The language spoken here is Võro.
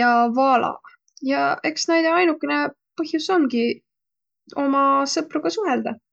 ja vaalaq. Ja eks näide ainukõnõ põhjus omgi sõpruga suheldaq.